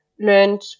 learned